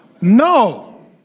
no